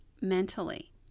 mentally